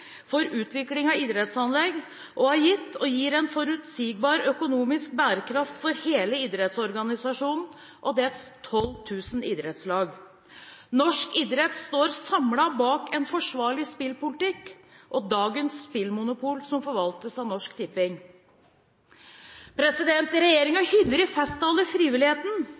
for utvikling av idrettsanlegg, og har gitt og gir en forutsigbar økonomisk bærekraft for hele idrettsorganisasjonen og dens 12.000 idrettslag. Norsk idrett står samlet bak en forsvarlig spillpolitikk og dagens spillmonopol som forvaltes av Norsk Tipping.» Regjeringen hyller i festtaler frivilligheten,